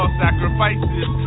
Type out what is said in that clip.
sacrifices